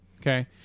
Okay